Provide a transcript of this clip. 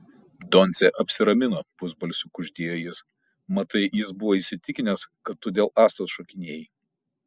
doncė apsiramino pusbalsiu kuždėjo jis matai jis buvo įsitikinęs kad tu dėl astos šokinėjai